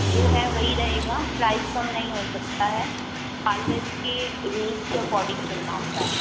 जो है वही रहेगा प्राइज़ कम नहीं हो सकता है पालर्स के रूल्स के अकोर्डिंग चलना होता है